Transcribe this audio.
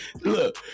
Look